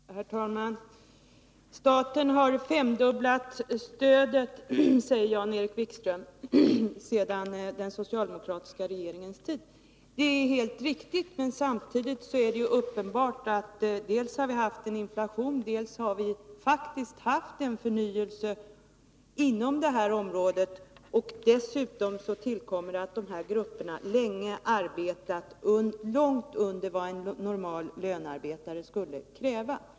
Herr talman! Staten har femdubblat stödet sedan den socialdemokratiska regeringens tid, säger Jan-Erik Wikström. Det är helt riktigt, men samtidigt är det uppenbart dels att vi har haft en inflation, dels att det faktiskt har skett en förnyelse inom det här området. Dessutom tillkommer det faktum att dessa grupper länge har arbetat under ekonomiska förhållanden som ligger långt under vad en vanlig lönarbetare skulle kräva.